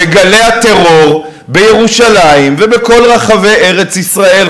שגלי הטרור בירושלים ובכל רחבי ארץ-ישראל,